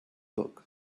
book